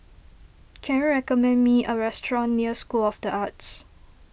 can you recommend me a restaurant near School of the Arts